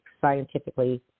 scientifically